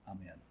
Amen